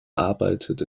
arbeitet